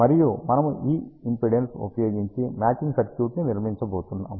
మరియు మనము ఈ ఇంపిడెన్స్ ఉపయోగించి మ్యాచింగ్ సర్క్యూట్ ని నిర్మించబోతున్నాము